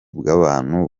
bw’abantu